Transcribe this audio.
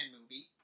movie